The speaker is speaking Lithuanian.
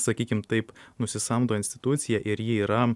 sakykim taip nusisamdo institucija ir ji yra